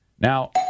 Now